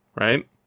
right